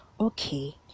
okay